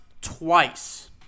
twice